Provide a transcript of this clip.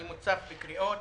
אני מוצף בקריאות